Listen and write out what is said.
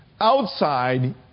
outside